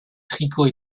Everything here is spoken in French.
tricot